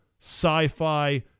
sci-fi